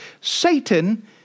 Satan